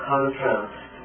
Contrast